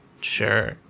Sure